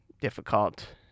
difficult